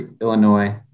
Illinois